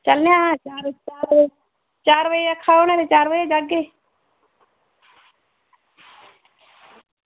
चलने आं चार बजे चार बजे चार बजे आक्खे दा उ'नें चार बजे गै जाह्गे